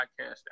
podcast